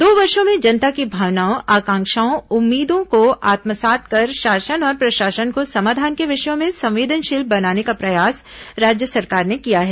दो वर्षो में जनता की भावनाओं आकांक्षाओं उम्मीदों को आत्मसात कर शासन और प्रशासन को समाधान के विषयों में संवेदनशील बनाने का प्रयास राज्य सरकार ने किया है